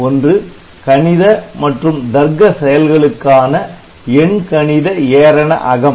ஒன்று கணித மற்றும் தர்க்க செயல்களுக்கான எண்கணித ஏரண அகம்